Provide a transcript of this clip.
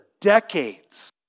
decades